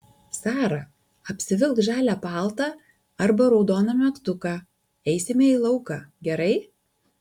sara apsivilk žalią paltą arba raudoną megztuką eisime į lauką gerai